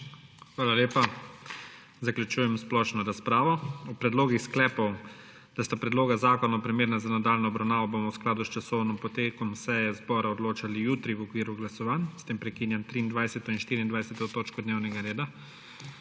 Hvala lepa. Zaključujem splošno razpravo. O predlogih sklepov, da sta predloga zakona primerna za nadaljnjo obravnavo, bomo v skladu s časovnim potekom seje zbora odločali jutri v okviru glasovanj. S tem prekinjam 23. in 24. točko dnevnega reda.